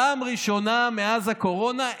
פעם ראשונה מאז הקורונה,